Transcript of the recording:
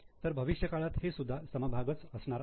तर भविष्यकाळात हे सुद्धा समभागच असणार आहेत